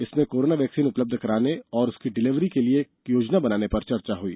इसमें corona vaccine उपलब्ध कराने और उसकी डिलीवरी के लिए योजना बनाने पर चर्चा हुई